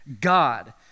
God